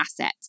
asset